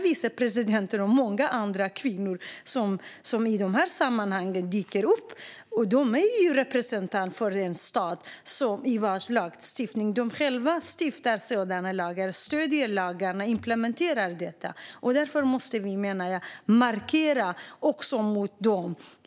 Vicepresidenten och många andra kvinnor som i de här sammanhangen dyker upp är representanter för en stat där de själva stiftar sådana lagar, stöder lagarna och implementerar dem. Därför måste vi, menar jag, markera gentemot dem.